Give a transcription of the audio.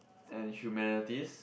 and humanities